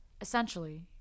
Essentially